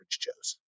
Joe's